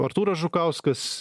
artūras žukauskas